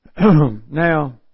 Now